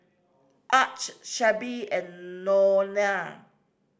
Arch Shelbi and Nona